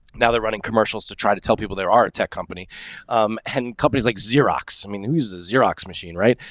now they're running commercials to try to tell people there aren't tech company and companies like xerox. i mean, who's the xerox machine? right.